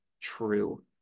true